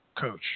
coach